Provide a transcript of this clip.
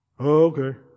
Okay